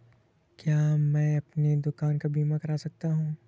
क्या मैं अपनी दुकान का बीमा कर सकता हूँ?